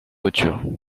voiture